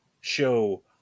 show